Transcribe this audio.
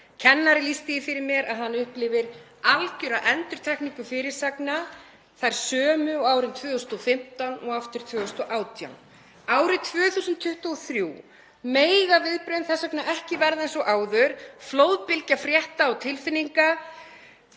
Kennari lýsti því fyrir mér að hann upplifði algjöra endurtekningu fyrirsagna, þær sömu og á árinu 2015 og aftur 2018. Árið 2023 mega viðbrögðin þess vegna ekki verða eins og áður; flóðbylgja frétta og tilfinninga